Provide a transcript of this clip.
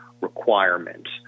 requirements